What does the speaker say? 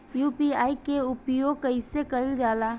UPI के उपयोग कइसे कइल जाला?